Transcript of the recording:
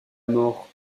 mort